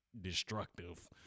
destructive